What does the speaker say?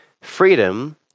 Freedom